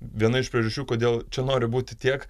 viena iš priežasčių kodėl čia nori būti tiek